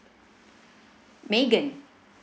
megan